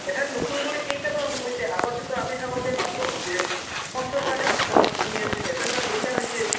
এথেন নতুন কৰি কেইটা বা সোমাইছে আগতেতো আমি থাকোতে এটা কেইটা হৈছে